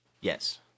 Yes